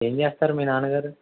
ఏం చేస్తారు మీ నాన్నగారు